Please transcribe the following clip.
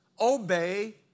obey